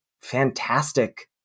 fantastic